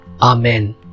Amen